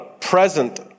present